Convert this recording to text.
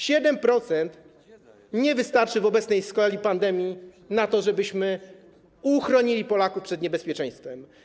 7% nie wystarczy w obecnej skali pandemii na to, żebyśmy uchronili Polaków przed niebezpieczeństwem.